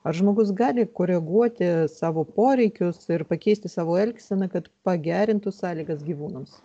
ar žmogus gali koreguoti savo poreikius ir pakeisti savo elgseną kad pagerintų sąlygas gyvūnams